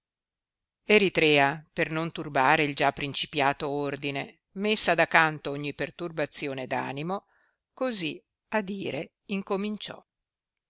iscusare per non turbare il già principiato ordine messa da canto ogni perturbazione d'animo così a dire incominciò